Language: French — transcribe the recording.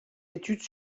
études